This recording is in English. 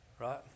Right